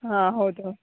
ಹಾಂ ಹೌದು